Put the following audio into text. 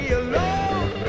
alone